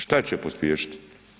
Šta će pospješiti?